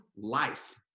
life